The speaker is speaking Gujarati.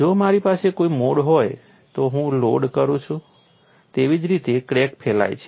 જો મારી પાસે કોઈ મોડ હોય તો હું લોડ કરું છું તેવી જ રીતે ક્રેક ફેલાય છે